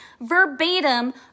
verbatim